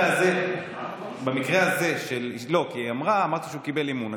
אני אמרתי שהוא קיבל אמון,